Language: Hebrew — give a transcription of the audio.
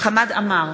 חמד עמאר,